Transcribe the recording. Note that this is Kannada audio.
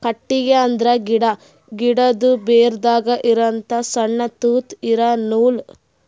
ಕಟ್ಟಿಗಿ ಅಂದ್ರ ಗಿಡಾ, ಗಿಡದು ಬೇರದಾಗ್ ಇರಹಂತ ಸಣ್ಣ್ ತೂತಾ ಇರಾ ನೂಲ್